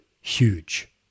huge